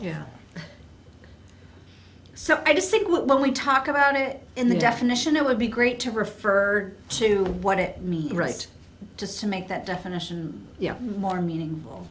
yeah so i just think when we talk about it in the definition it would be great to refer to what it means right just to make that definition more meaningful